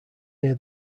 near